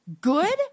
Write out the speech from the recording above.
good